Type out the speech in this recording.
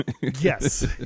Yes